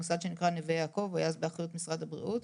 מוסד שנקרא נווה יעקב והיה באחריות משרד הבריאות,